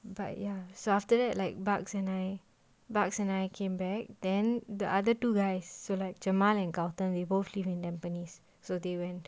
but ya so after that like bugs and I bugs and I came back then the other two guys so like jemal and galton we both live in tampines so they went